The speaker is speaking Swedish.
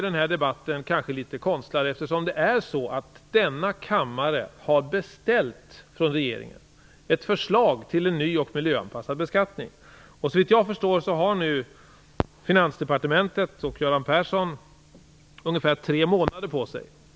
Den här debatten är kanske litet konstlad. Denna kammare har ju från regeringen beställt ett förslag till en ny och miljöanpassad beskattning. Såvitt jag förstår har nu Finansdepartementet och Göran Persson ungefär tre månader på sig.